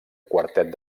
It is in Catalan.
quartet